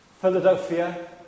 Philadelphia